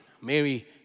Mary